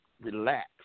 relax